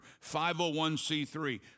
501c3